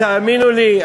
תאמינו לי,